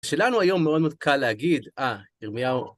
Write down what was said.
שלנו היום מאוד מאוד קל להגיד, אה, ירמיהו.